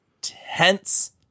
tense